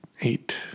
Eight